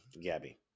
Gabby